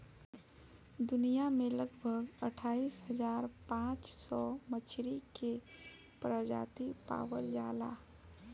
दुनिया में लगभग अट्ठाईस हज़ार पाँच सौ मछरी के प्रजाति पावल जाला